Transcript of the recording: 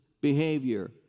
behavior